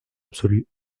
absolu